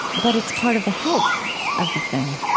but it's part of the health of the thing